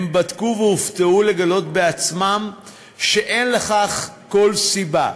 הם בדקו והופתעו לגלות בעצמם שאין לכך כל סיבה.